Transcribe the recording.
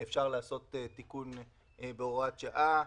אפשר לעשות תיקון בהוראת שעה.